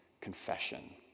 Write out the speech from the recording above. Confession